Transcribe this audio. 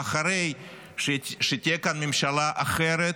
ואחרי שתהיה כאן ממשלה אחרת,